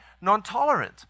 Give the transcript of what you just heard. non-tolerant